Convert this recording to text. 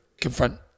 confront